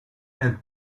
and